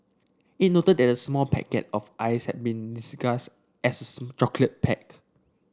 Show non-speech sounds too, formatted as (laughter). it noted that a small packet of ice had been disguised as (unintelligible) chocolate pack